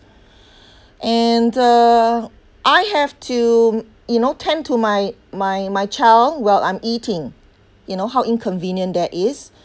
and uh I have to you know tend to my my my child while I'm eating you know how inconvenient that is